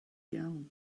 iawn